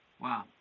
Wow